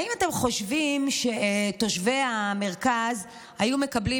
האם אתם חושבים שתושבי המרכז היו מקבלים